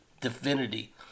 divinity